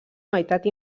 meitat